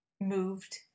moved